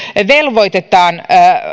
velvoitetaan